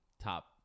top